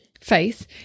Faith